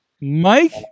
Mike